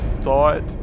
thought